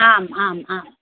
आम् आम् आम्